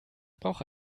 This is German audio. brauche